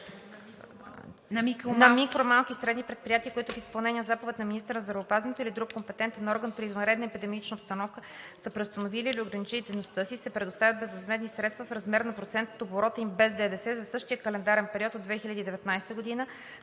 На микро-, малки и средни предприятия, които в изпълнение на заповед на министъра на здравеопазването или друг компетентен орган при извънредна епидемична обстановка са преустановили или ограничили дейността си, се предоставят безвъзмездни средства в размер на процент от оборота им без ДДС за същия календарен период от 2019 г.,